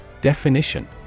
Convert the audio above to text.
Definition